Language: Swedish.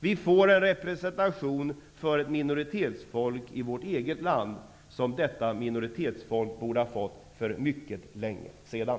Vi får en representation för ett minoritetsfolk i vårt eget land, en representation som detta minoritetsfolk borde ha fått för mycket länge sedan.